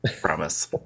Promise